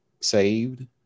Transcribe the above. saved